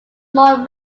small